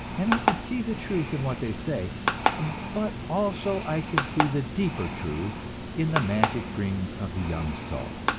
and i can see the truth in what they say but also i can see the deeper truth in the magic dreams of the young soul.